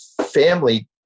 family